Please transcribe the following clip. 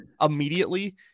immediately